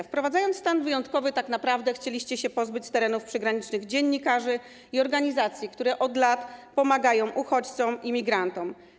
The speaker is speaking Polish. Wprowadzając stan wyjątkowy, tak naprawdę chcieliście się pozbyć z terenów przygranicznych dziennikarzy i organizacji, które od lat pomagają uchodźcom, imigrantom.